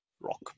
rock